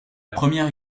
première